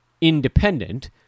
independent